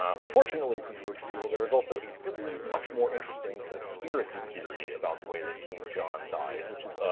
um but fortunately for george peale, there is also a really much more interesting conspiracy theory about the way that king john died, which is, ah,